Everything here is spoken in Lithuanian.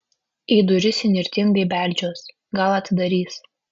į duris įnirtingai beldžiuos gal atidarys